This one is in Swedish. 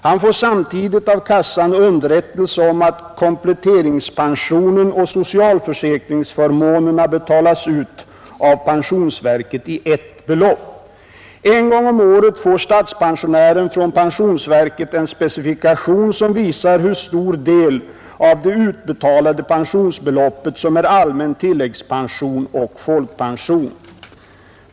Han får samtidigt av kassan underrättelse om att kompletteringspensionen och socialförsäkringsförmånerna betalas ut av pensionsverket i ett belopp. En gång om året får statspensionären från pensionsverket en specifikation som visar hur stor del av det utbetalade pensionsbeloppet som är allmän tilläggspension och folkpension.